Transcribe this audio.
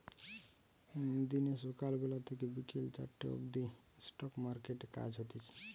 দিনে সকাল বেলা থেকে বিকেল চারটে অবদি স্টক মার্কেটে কাজ হতিছে